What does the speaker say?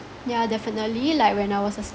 yeah definitely like when I was a